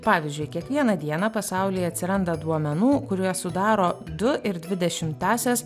pavyzdžiui kiekvieną dieną pasaulyje atsiranda duomenų kuriuos sudaro du ir dvidešimtąsias